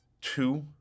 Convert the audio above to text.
two